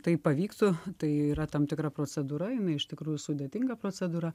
tai pavyktų tai yra tam tikra procedūra jinai iš tikrųjų sudėtinga procedūra